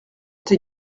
tes